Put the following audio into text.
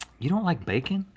you don't like bacon?